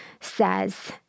says